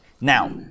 Now